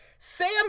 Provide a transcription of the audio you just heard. Sam